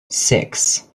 six